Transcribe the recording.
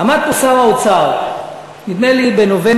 עמד פה שר האוצר בפעם האחרונה נדמה לי בנובמבר,